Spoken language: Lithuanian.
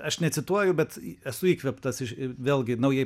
aš necituoju bet esu įkvėptas iš vėlgi naujai